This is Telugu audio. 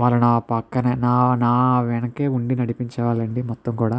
వాళ్ళు నా పక్కనే నా నా వెనకే ఉండి నడిపించేవాళ్ళు అండి మొత్తం కూడా